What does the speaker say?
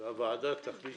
הוועדה תחליט